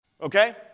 Okay